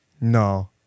No